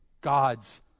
God's